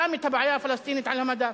שם את הבעיה הפלסטינית על המדף.